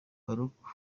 farouk